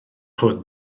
hwn